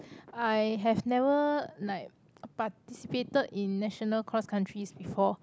I have never like participated in national cross countries before